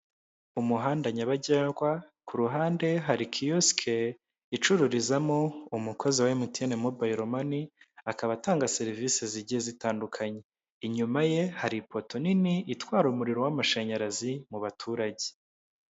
Umuhanda nyabagendwa ku ruhande hari kiyosike icurizamo umukozi wa we Emutiyeni mobile mani akaba atanga serivisi zijye zitandukanye, inyuma ye hari ipoto nini itwara umuriro w'amashanyarazi mu baturage.